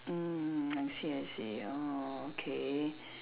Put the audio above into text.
mm I see I see orh okay